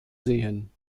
sehen